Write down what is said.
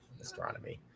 astronomy